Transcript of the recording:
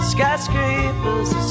Skyscrapers